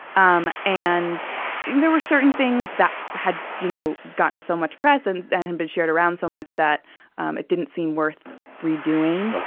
um and there were certain things that had you know gotten so much press and had been shared around so much that um it didn't seem worth redoing